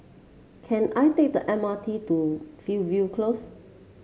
can I take the M R T to Fernvale Close